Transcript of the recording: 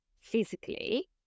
physically